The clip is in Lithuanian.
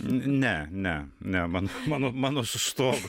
ne ne ne man mano mano su stogu